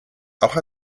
auch